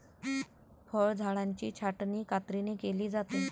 फळझाडांची छाटणी कात्रीने केली जाते